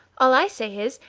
all i say is,